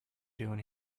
doing